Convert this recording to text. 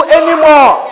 anymore